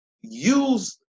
use